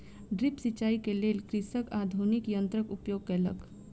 drip सिचाई के लेल कृषक आधुनिक यंत्रक उपयोग केलक